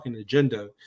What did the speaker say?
agenda